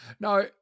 no